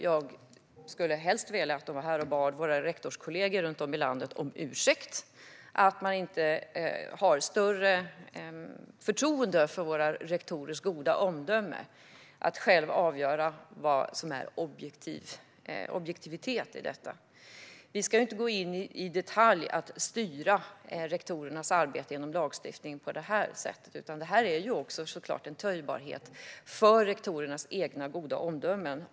Jag skulle helst vilja att de var här och bad våra rektorskollegor runt om i landet om ursäkt för att de inte har större förtroende för rektorernas goda omdöme när det gäller att avgöra vad som är objektivitet i detta. Vi ska inte gå in och detaljstyra rektorernas arbete genom lagstiftning på det sättet. Detta är såklart en töjbarhet för rektorernas goda omdöme.